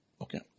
okay